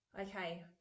okay